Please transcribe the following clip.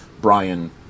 Brian